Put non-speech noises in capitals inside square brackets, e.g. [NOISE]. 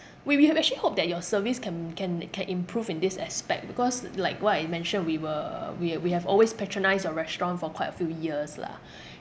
we we have actually hoped that your service can can can improve in this aspect because like what I mentioned we were we ha~ we have always patronised your restaurant for quite a few years lah [BREATH]